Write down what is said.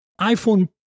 iPhone